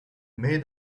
made